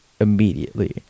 immediately